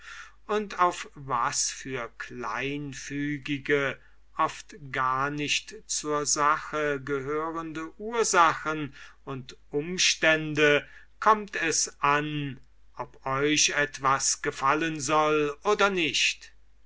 und auf was für kleinfügige oft gar nicht zur sache gehörende ursachen und umstände kömmt es an ob euch etwas gefallen soll oder nicht